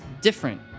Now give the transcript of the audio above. different